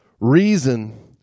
Reason